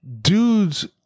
dudes